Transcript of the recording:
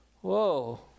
whoa